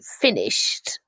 finished